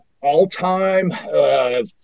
all-time